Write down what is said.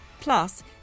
Plus